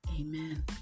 Amen